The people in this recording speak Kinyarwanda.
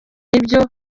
nibyo